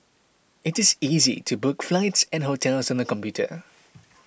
it is easy to book flights and hotels on the computer